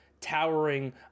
towering